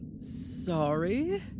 Sorry